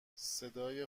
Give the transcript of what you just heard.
صدای